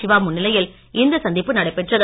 சிவா முன்னிலையில் இந்த சந்திப்பு நடைபெற்றது